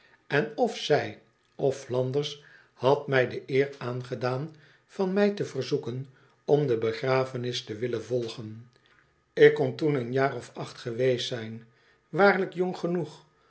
en of zij of flanders had mij de eer aangedaan van mij te verzoeken om de begrafenis te willen volgen ik kontoeneen jaar of acht geweest zijn waarlijk jong genoeg